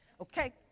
okay